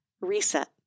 reset